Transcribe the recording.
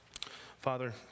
Father